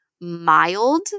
mild